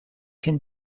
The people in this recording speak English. can